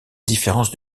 différence